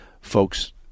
Folks